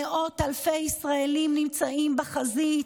מאות אלפי ישראלים נמצאים בחזית,